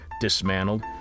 dismantled